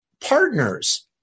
partners